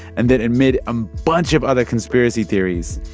and then, amid a bunch of other conspiracy theories,